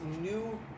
new